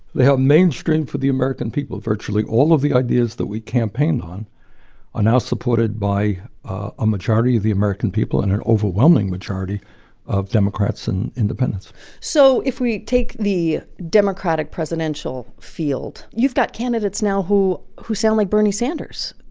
they have mainstreamed for the american people. virtually, all of the ideas that we campaigned on are now supported by a majority of the american people and an overwhelming majority of democrats and independents so if we take the democratic presidential field, you've got candidates now who who sound like bernie sanders.